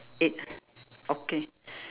eight okay